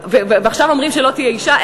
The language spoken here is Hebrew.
ועכשיו אומרים שלא תהיה אישה.